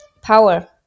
power